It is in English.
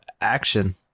action